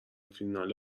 فینال